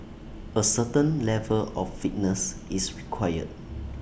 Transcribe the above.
A certain level of fitness is required